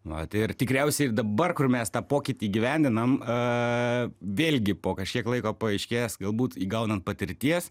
vat ir tikriausiai ir dabar kur mes tą pokytį įgyvendinam vėlgi po kažkiek laiko paaiškės galbūt įgaunant patirties